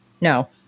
No